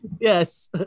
Yes